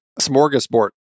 smorgasbord